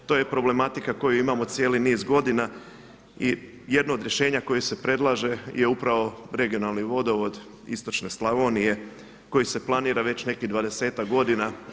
To je problematika koju imamo cijeli niz godina i jedno od rješenja koje se predlaže je upravo regionalni vodovod istočne Slavonije koji se planira već nekih dvadesetak godina.